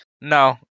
no